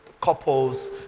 couples